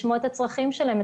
לשמוע את הצרכים שלהם,